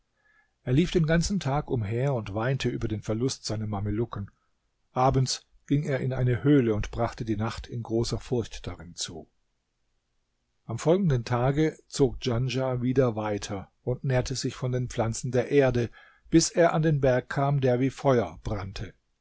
er lief den ganzen tag umher und weinte über den verlust seiner mamelucken abends ging er in eine höhle und brachte die nacht in großer furcht darin zu am folgenden tage zog djanschah wieder weiter und nährte sich von den pflanzen der erde bis er an den berg kam der wie feuer brannte